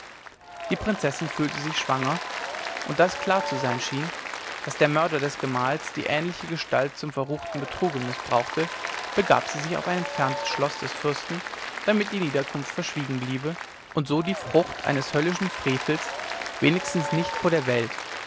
die prinzessin fühlte sich schwanger und da es klar zu sein schien daß der mörder des gemahls die ähnliche gestalt zum verruchten betrüge gemißbraucht begab sie sich auf ein entferntes schloß des fürsten damit die niederkunft verschwiegen bliebe und so die frucht eines höllischen frevels wenigstens nicht vor der welt